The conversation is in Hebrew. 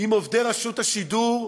עם עובדי רשות השידור,